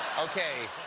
okay.